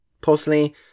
personally